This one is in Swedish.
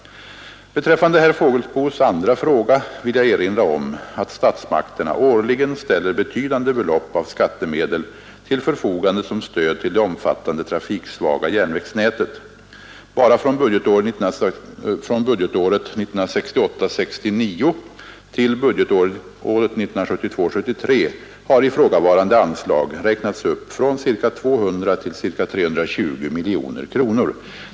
Beträffande herr Fågelsbos andra fråga vill jag erinra om att statsmakterna årligen ställer betydande belopp av skattemedel till förfogande som stöd till det omfattande trafiksvaga järnvägsnätet. Bara från budgetåret 1968 73 har ifrågavarande anslag räknats upp från ca 200 till ca 320 miljoner kronor.